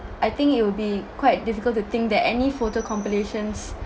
I think it will be quite difficult to think that any photo compilations